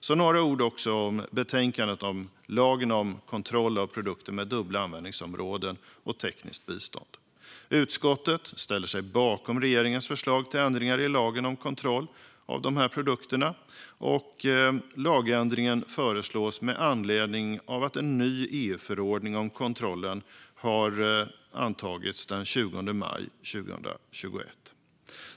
Jag ska också säga några ord om betänkandet om lagen om kontroll av produkter med dubbla användningsområden och tekniskt bistånd. Utskottet ställer sig bakom regeringens förslag till ändringar i lagen om kontroll av dessa produkter. Lagändringen föreslås med anledning av att en ny EU-förordning om kontrollen har antagits den 20 maj 2021.